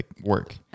work